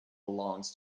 belongs